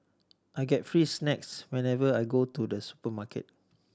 I get free snacks whenever I go to the supermarket